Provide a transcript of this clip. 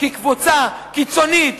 כי קבוצה קיצונית,